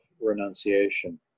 renunciation